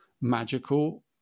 magical